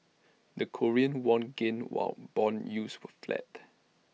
the Korean won gained while Bond yields were flat